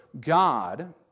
God